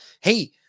Hey